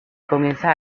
comienza